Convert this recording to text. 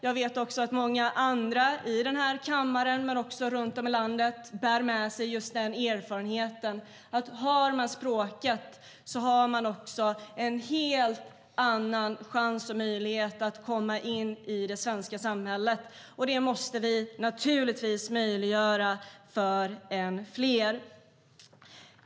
Jag vet också att många andra i den här kammaren och runt om i landet bär med sig just den erfarenheten. Har man språket har man också en helt annan chans och möjlighet att komma in i det svenska samhället. Det måste vi naturligtvis möjliggöra för fler.